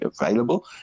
available